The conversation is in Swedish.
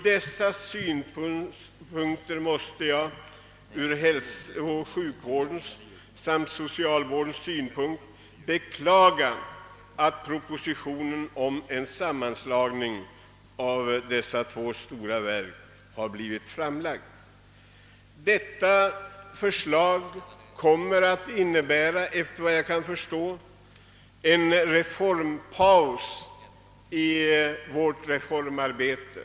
Därför måste jag ur hälsovårdens, sjukvårdens och socialvårdens synpunkt beklaga att propositionen om en sammanläggning av de ifrågavarande två stora verken har framlagts. Detta förslag kommer nämligen, såvitt jag förstår, att innebära en paus i vårt reformarbete.